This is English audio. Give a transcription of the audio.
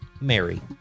Mary